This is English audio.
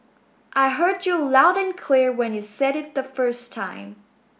I heard you loud and clear when you said it the first time